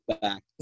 back